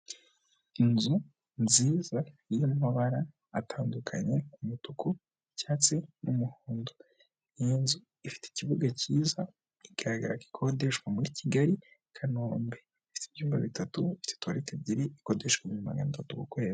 Inzu nziza y'amabara atandukanye umutuku, icyatsi n'umuhondo. Iyo nzu ifite ikibuga cyiza igaragara ko ikodeshwa muri kigali kanombe ifite ibyumba bitatu ifite tuwareti ebyiri ikodeshwa ibihumbi magana atatu ku kwezi.